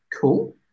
cool